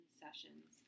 sessions